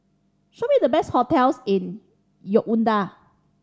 show me the best hotels in Yaounde